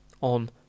on